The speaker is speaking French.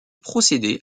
procéder